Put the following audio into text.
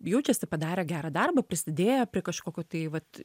jaučiasi padarę gerą darbą prisidėjo prie kažkokio tai vat